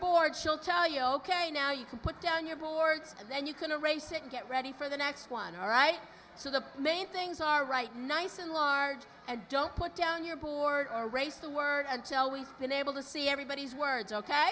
board she'll tell you ok now you can put down your boards and then you can erase it and get ready for the next one all right so the main things are right nice and large and don't put down your poor or raise the word until we've been able to see everybody's words ok